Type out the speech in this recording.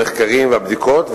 למחקרים ולבדיקות,